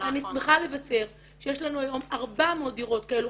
אני שמחה לבשר שיש לנו היום 400 דירות כאלו.